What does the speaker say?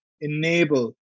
enable